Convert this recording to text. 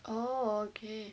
oh okay